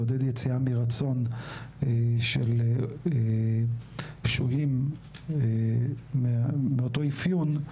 לעודד יציאה מרצון של שוהים מאותו אפיון,